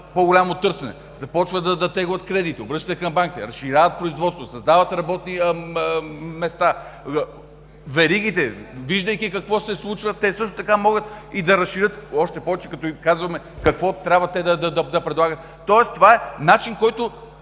по-голямо търсене, започват да теглят кредити, обръщат се към банка, разширяват производството, създават работни места. Веригите, виждайки какво се случва, те също така могат да разширят, още повече, като им казваме какво трябва те да предлагат. Тоест, това е начин, който